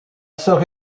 sœur